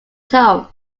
tone